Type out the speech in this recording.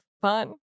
fun